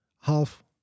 half